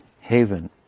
haven